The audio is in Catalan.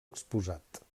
exposat